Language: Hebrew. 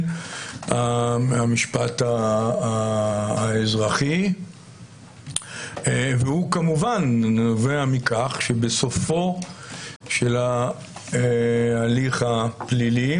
המשפט האזרחי והוא כמובן נובע מכך שבסופו של ההליך הפלילי,